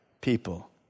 people